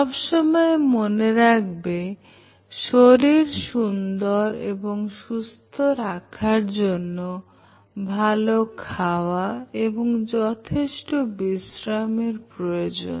সব সময় মনে রাখবে শরীর সুন্দর এবং সুস্থ রাখার জন্য ভালো খাওয়া এবং যথেষ্ট বিশ্রামের প্রয়োজন